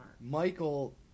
Michael